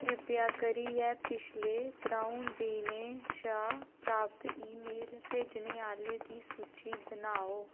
कृपा करियै पिछले त्र'ऊं दिनें शा प्राप्त ईमेल भेजने आह्लें दी सूची बनाओ